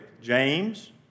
James